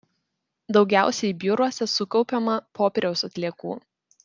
daugiausiai biuruose sukaupiama popieriaus atliekų